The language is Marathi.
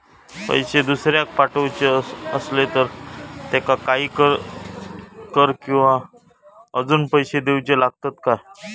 पैशे दुसऱ्याक पाठवूचे आसले तर त्याका काही कर किवा अजून पैशे देऊचे लागतत काय?